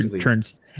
turns